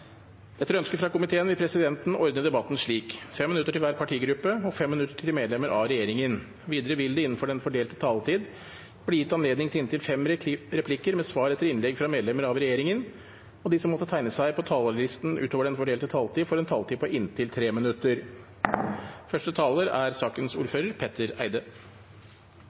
Etter ønske fra justiskomiteen vil presidenten ordne debatten slik: 5 minutter til hver partigruppe og 5 minutter til medlemmer av regjeringen. Videre vil det – innenfor den fordelte taletid – bli gitt anledning til inntil fem replikker med svar etter innlegg fra medlemmer av regjeringen, og de som måtte tegne seg på talerlisten utover den fordelte taletid, får en taletid på inntil 3 minutter.